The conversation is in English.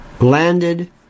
landed